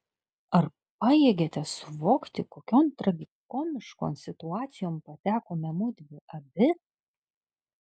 ar pajėgiate suvokti kokion tragikomiškon situacijon patekome mudvi abi